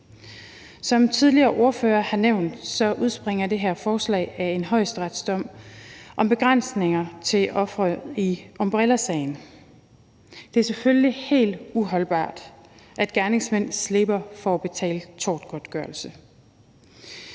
Som tidligere ordførere har nævnt, udspringer det her forslag af en højesteretsdom om begrænsninger til ofre i Umbrellasagen. Det er selvfølgelig helt uholdbart, at gerningsmænd slipper for at betale tortgodtgørelse.